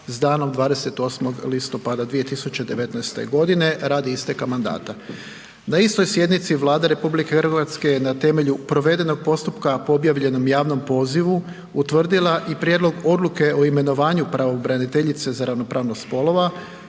sa danom 28. listopada 2019. godine radi isteka mandata. Na istoj sjednici Vlada RH je na temelju provedenog postupka po objavljenom javnom pozivu utvrdila i Prijedlog odluke o imenovanju pravobraniteljice za ravnopravnost spolova